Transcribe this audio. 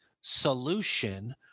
solution